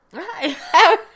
Hi